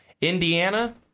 Indiana